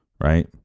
right